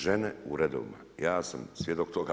Žene u redovima, ja sam svjedok toga.